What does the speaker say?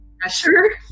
pressure